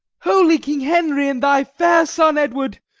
holy king henry, and thy fair son edward,